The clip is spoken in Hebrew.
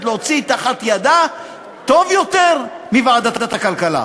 להוציא מתחת ידיה טוב יותר מוועדת הכלכלה.